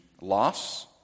Loss